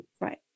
Right